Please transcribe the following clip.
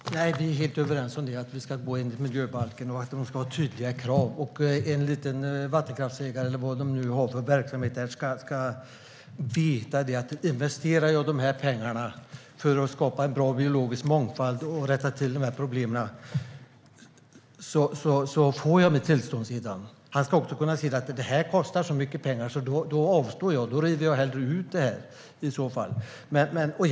Herr talman! Vi är helt överens om att man ska följa miljöbalken och att det ska finnas tydliga krav. Som ägare av småskalig vattenkraft eller vad det nu är för verksamhet ska man veta att om man investerar en viss summa pengar för att skapa bra biologisk mångfald och rätta till problem får man sedan sitt tillstånd. Då ska man också kunna göra bedömningen att det kostar så mycket pengar att man hellre avstår och river anläggningen.